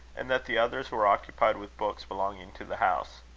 and that the others were occupied with books belonging to the house.